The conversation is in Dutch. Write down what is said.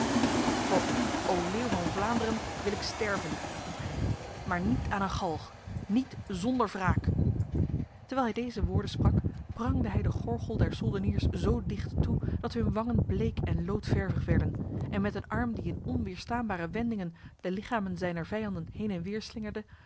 voor u o leeuw van vlaanderen wil ik sterven riep hij maar niet aan een galg niet zonder wraak terwijl hij deze woorden sprak prangde hij de gorgel der soldeniers zo dicht toe dat hun wangen bleek en loodvervig werden en met een arm die in onweerstaanbare wendingen de lichamen zijner vijanden heen en weder slingende